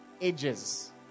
ages